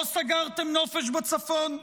לא סגרתם נופש בצפון?